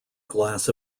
glass